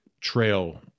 trail